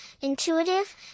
intuitive